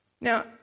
Now